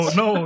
no